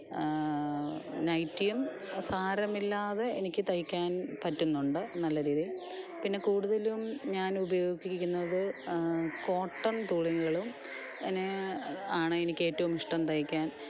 നൈറ്റിയും സാരമില്ലാതെ എനിക്ക് തയ്ക്കാൻ പറ്റുന്നുണ്ട് നല്ല രീതിയിൽ പിന്നെ കൂടുതലും ഞാൻ ഉപയോഗിക്കുന്നത് കോട്ടൻ തുണികളും പിന്നെ ആണ് എനിക്ക് ഏറ്റവും ഇഷ്ടം തയ്ക്കാൻ